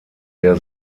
der